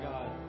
God